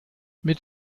mit